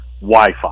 Wi-Fi